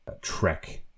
trek